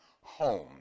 home